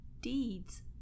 deeds